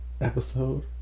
episode